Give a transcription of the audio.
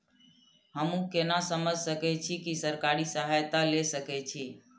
हमू केना समझ सके छी की सरकारी सहायता ले सके छी?